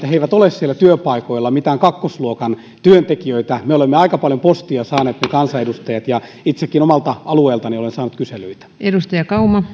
että he eivät ole siellä työpaikoilla mitään kakkosluokan työntekijöitä me kansanedustajat olemme aika paljon postia saaneet ja itsekin omalta alueeltani olen saanut kyselyitä